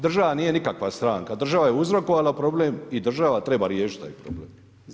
Državna nije nikakva stranka, država je uzrokovala problem i država treba riješiti taj problem.